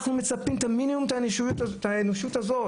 אנחנו מצפים את המינימום, את האנושיות הזאת.